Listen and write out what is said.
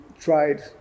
tried